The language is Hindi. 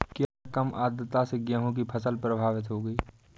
क्या कम आर्द्रता से गेहूँ की फसल प्रभावित होगी?